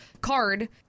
card